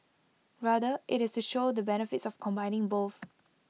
rather IT is to show the benefits of combining both